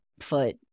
foot